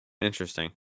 Interesting